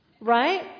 right